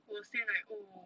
will say like oh